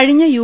കഴിഞ്ഞ യു